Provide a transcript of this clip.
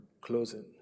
closing